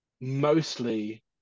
mostly